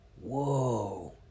Whoa